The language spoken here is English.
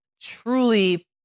truly